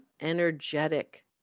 energetic